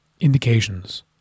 indications